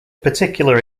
particular